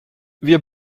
wir